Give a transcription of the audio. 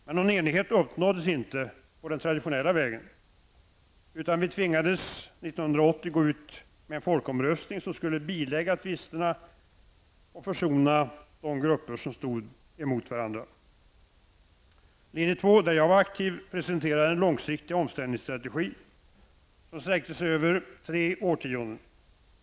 Men någon enighet uppnåddes inte på den traditionella vägen, utan vi tvingades 1980 gå ut med en folkomröstning som skulle bilägga tvisterna och försona de grupper som stod mot varandra. Linje 2, där jag var aktiv, presenterade en långsiktig omställningsstrategi, som sträckte sig över tre årtionden.